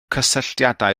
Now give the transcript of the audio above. cysylltiadau